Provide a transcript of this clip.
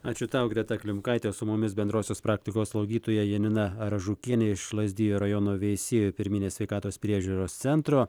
ačiū tau greta klimkaitė su mumis bendrosios praktikos slaugytoja janina aražukienė iš lazdijų rajono veisiejų pirminės sveikatos priežiūros centro